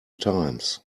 times